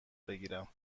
بگیرم